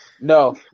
No